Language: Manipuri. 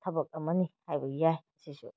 ꯊꯕꯛ ꯑꯃꯅꯤ ꯍꯥꯏꯕ ꯌꯥꯏ ꯁꯤꯁꯦ